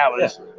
hours